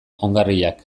ongarriak